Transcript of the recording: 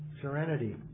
serenity